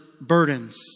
burdens